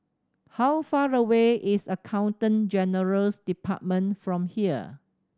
how far away is Accountant General's Department from here